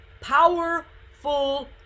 powerful